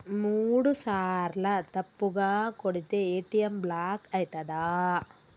మూడుసార్ల తప్పుగా కొడితే ఏ.టి.ఎమ్ బ్లాక్ ఐతదా?